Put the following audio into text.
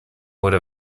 would